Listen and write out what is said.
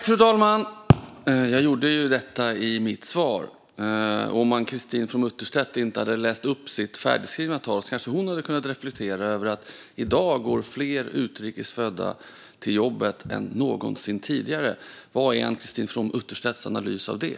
Fru talman! Jag gjorde detta i mitt svar. Om Ann-Christine From Utterstedt inte hade läst upp sitt färdigskrivna tal kanske hon hade kunnat reflektera över att fler utrikes födda i dag går till jobbet än någonsin tidigare. Vad är Ann-Christine From Utterstedts analys av det?